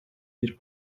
bir